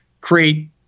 create